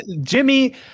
Jimmy